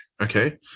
okay